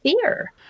fear